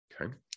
okay